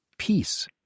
peace